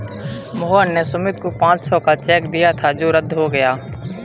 मोहन ने सुमित को पाँच सौ का चेक दिया था जो रद्द हो गया